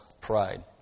pride